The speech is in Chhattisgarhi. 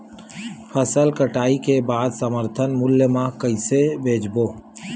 फसल कटाई के बाद समर्थन मूल्य मा कइसे बेचबो?